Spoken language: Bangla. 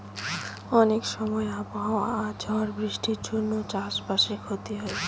অনেক সময় আবহাওয়া আর ঝড় বৃষ্টির জন্য চাষ বাসে ক্ষতি হয়